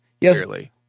clearly